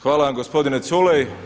Hvala vam gospodine Culej.